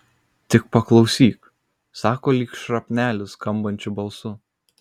tik paklausyk sako lyg šrapnelis skambančiu balsu